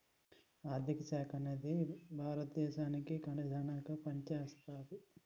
ఆర్ధిక మంత్రిత్వ శాఖ అనేది భారత దేశానికి ఖజానాగా పనిచేస్తాది